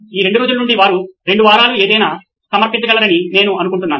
ఈ రోజు నుండి వారు 2 వారాలు ఏదైనా సమర్పించగలరని నేను అనుకుంటున్నాను